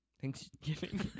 Thanksgiving